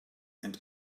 and